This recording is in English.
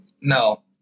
No